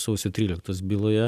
sausio tryliktos byloje